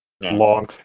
long